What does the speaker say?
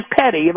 petty